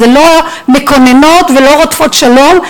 זה לא נראה לך איזושהי התעלמות של מערכת